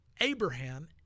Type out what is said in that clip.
Abraham